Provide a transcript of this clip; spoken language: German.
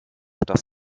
das